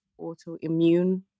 autoimmune